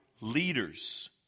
leaders